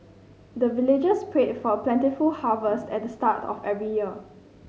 the villagers pray for plentiful harvest at the start of every year